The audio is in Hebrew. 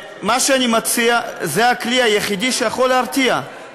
מה שאני מציע זה הכלי היחידי שיכול להרתיע,